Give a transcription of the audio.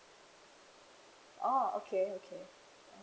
oh okay okay